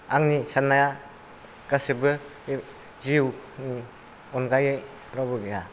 आंनि साननाया गासैबो जिउनि अनगायै रावबो गैया